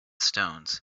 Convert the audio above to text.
stones